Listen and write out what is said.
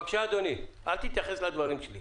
בבקשה, אדוני, אל תתייחס לדברים שלי.